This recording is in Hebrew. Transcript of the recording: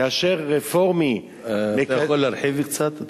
כאשר רפורמי, אתה יכול להרחיב קצת?